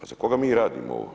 A za koga mi radimo?